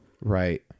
Right